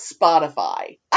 Spotify